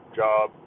job